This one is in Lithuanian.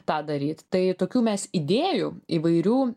tą daryti tai tokių mes idėjų įvairių